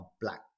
black